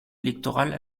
électorale